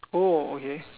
oh okay